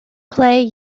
play